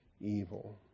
evil